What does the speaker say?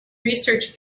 research